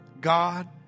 God